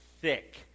thick